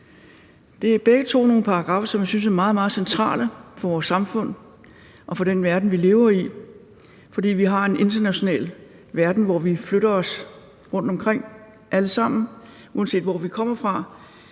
Det er begge to nogle paragraffer, som jeg synes er meget, meget centrale for vores samfund og for den verden, vi lever i, fordi vi har en international verden, hvor vi alle sammen eller i hvert fald